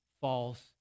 false